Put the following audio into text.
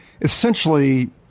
essentially